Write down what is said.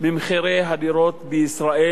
ממחירי הדירות בישראל,